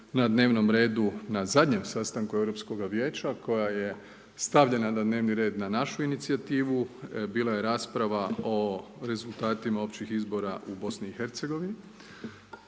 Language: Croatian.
na dnevnom redu na zadnjem sastanku Europskoga vijeća koja je stavljena na dnevni red na našu inicijativu bila je rasprava o rezultatima općih izbora u BiH-a.